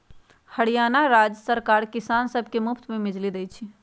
हरियाणा राज्य सरकार किसान सब के मुफ्त में बिजली देई छई